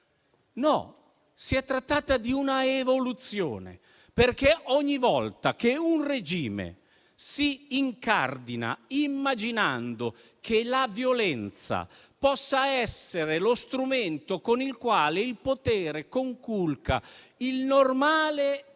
No, si è trattata di un'evoluzione. Ogni volta che un regime s'incardina, immaginando che la violenza possa essere lo strumento con il quale il potere conculca il normale